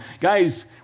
Guys